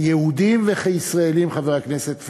כיהודים וכישראלים, חבר הכנסת פריג',